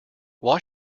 why